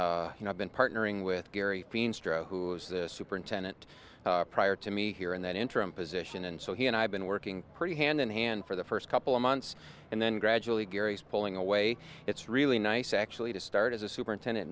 i've been partnering with gary who is the superintendent prior to me here in that interim position and so he and i have been working pretty hand in hand for the first couple of months and then gradually gary's pulling away it's really nice actually to start as a superintendent